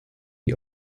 die